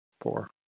four